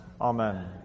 Amen